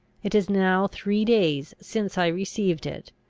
it is now three days since i received it,